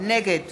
נגד